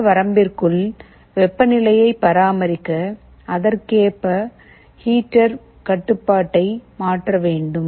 இந்த வரம்பிற்குள் வெப்பநிலையை பராமரிக்க அதற்கேற்ப ஹீட்டர் கட்டுப்பாட்டை மாற்ற வேண்டும்